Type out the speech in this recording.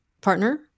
partner